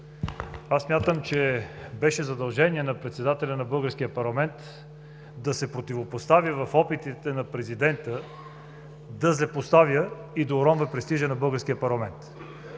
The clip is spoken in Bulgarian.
Аз смятам, че беше задължение на председателя на българския парламент да се противопостави в опитите на президента да злепоставя и да уронва престижа на българския парламент.